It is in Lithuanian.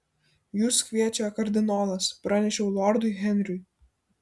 jus kviečia kardinolas pranešiau lordui henriui